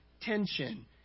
tension